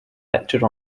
lectured